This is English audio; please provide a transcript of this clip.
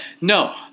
no